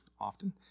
often